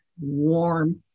warm